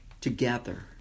together